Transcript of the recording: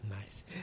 nice